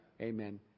Amen